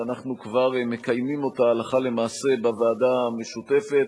ואנחנו כבר מקיימים אותה הלכה למעשה בוועדה המשותפת,